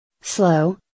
slow